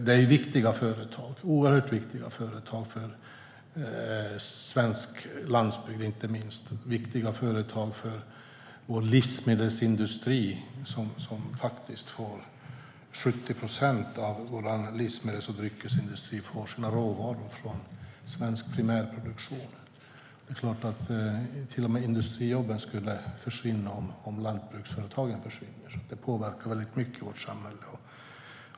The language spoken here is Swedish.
Det handlar om oerhört viktiga företag inte minst för svensk landsbygd, viktiga företag för vår livsmedelsindustri. Det är faktiskt 70 procent av vår livsmedels och dryckesindustri som får sina råvaror från svensk primärproduktion. Till och med industrijobben skulle försvinna om lantbruksföretagen försvinner. Det påverkar väldigt mycket i vårt samhälle.